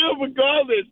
regardless